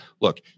look